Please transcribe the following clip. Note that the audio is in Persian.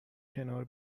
کنار